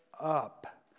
up